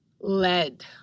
Lead